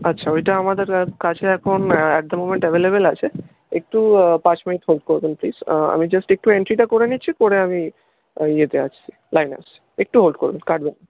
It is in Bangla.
আচ্ছা ওইটা আমাদের কাছে এখন অ্যাট দ্য মোমেন্ট অ্যাভেলেবেল আছে একটু পাঁচ মিনিট হোল্ড করবেন প্লিজ আমি জাস্ট একটু এন্ট্রিটা করে নিচ্ছি করে আমি ইয়েতে আসছি লাইনে আসি একটু হোল্ড করুন কাটবেন না